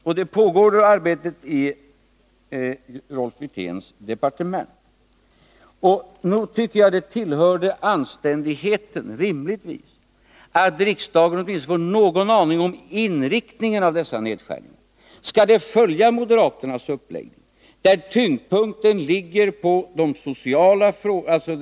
Och arbetet pågår också i Rolf Wirténs eget departement. Jag tycker att det hör till anständigheten att riksdagen åtminstone får en aning om inriktningen av dessa nedskärningar. Skall de följa moderaternas uppläggning, där tyngdpunkten ligger på de sociala utgifterna?